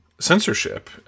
censorship